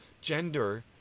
gender